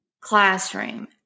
classroom